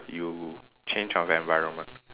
you change of environment